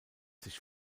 sich